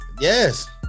yes